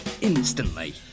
instantly